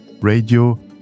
radio